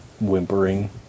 whimpering